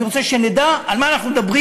אני רוצה שנדע על מה אנחנו מדברים.